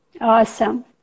Awesome